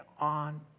on